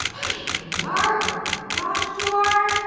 ok. here we are. open the garage door